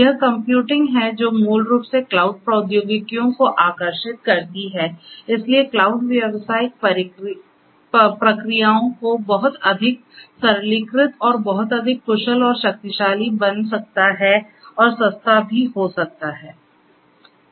यह कंप्यूटिंग है जो मूल रूप से क्लाउड प्रौद्योगिकियों को आकर्षित करती है इसलिए क्लाउड व्यावसायिक प्रक्रियाओं को बहुत अधिक सरलीकृत और बहुत अधिक कुशल और शक्तिशाली बना सकता है और सस्ता भी हो सकता है